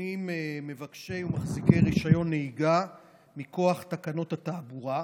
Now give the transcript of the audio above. מופנים מבקשי ומחזיקי רישיון נהיגה מכוח תקנות התעבורה.